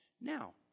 Now